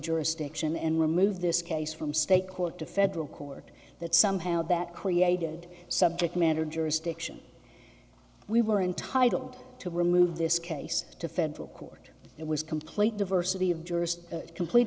jurisdiction and remove this case from state court to federal court that somehow that created subject matter jurisdiction we were entitled to remove this case to federal court it was complete diversity of jurors complete